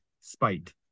spite